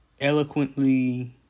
eloquently